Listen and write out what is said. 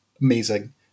amazing